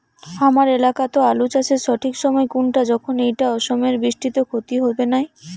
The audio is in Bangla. হামার এলাকাত আলু চাষের সঠিক সময় কুনটা যখন এইটা অসময়ের বৃষ্টিত ক্ষতি হবে নাই?